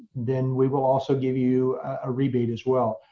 then we will also give you a rebate as well.